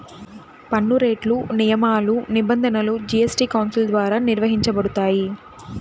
పన్నురేట్లు, నియమాలు, నిబంధనలు జీఎస్టీ కౌన్సిల్ ద్వారా నిర్వహించబడతాయి